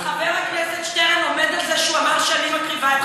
אז חבר הכנסת שטרן עומד על זה שהוא אמר שאני מקריבה את חיילי צה"ל.